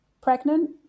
Pregnant